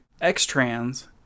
X-Trans